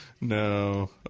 No